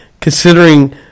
considering